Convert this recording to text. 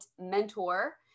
mentor